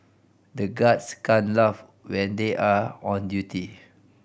the guards can't laugh when they are on duty